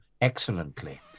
excellently